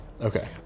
Okay